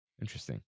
interesting